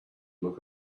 look